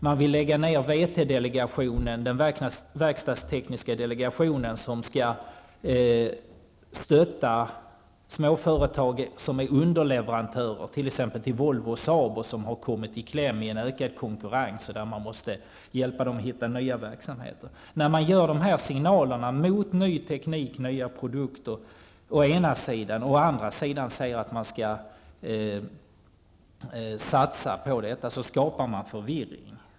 Man vill lägga ned VT-delegationen, dvs. den verkstadstekniska delegationen, som skall stödja företag som är underleverantörer till t.ex. Volvo och Saab. Dessa underleverantörer har kommit i kläm i en ökad konkurrens, och man måste hjälpa dem att hitta nya verksamheter. När man å ena sidan ger dessa signaler mot ny teknik och nya produkter samtidigt som man å andra sidan säger att man skall satsa på detta, skapar man förvirring.